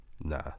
nah